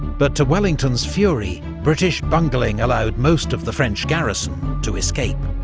but to wellington's fury, british bungling allowed most of the french garrison to escape.